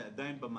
זה עדיין במאגר.